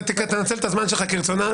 תנצל את הזמן שלך כרצונך,